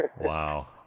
Wow